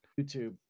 youtube